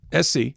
sc